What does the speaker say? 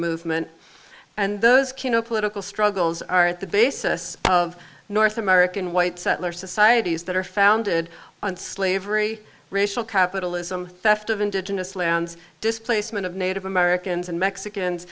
movement and those keno political struggles are at the basis of north american white settler societies that are founded on slavery racial capitalism theft of indigenous lands displacement of native americans and mexicans